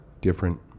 different